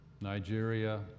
Nigeria